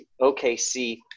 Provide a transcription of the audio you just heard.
OKC